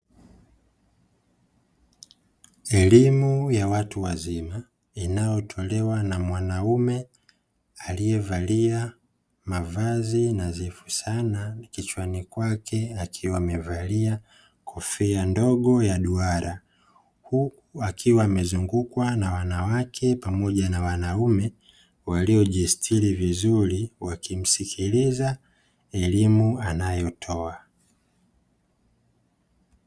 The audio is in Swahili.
Elimu ya watu wazima inayotolewa na mwanamume aliyevalia mavazi nadhifu sana ni kichwani kwake akiwa amevalia kofia ndogo ya duara, huku akiwa amezungukwa na wanawake pamoja na wanaume waliojistiri vizuri wakimsikiliza elimu anayotoa.